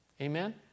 Amen